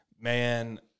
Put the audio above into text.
man